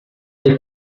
les